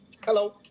Hello